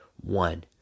one